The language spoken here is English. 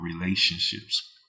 relationships